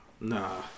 Nah